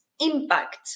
impact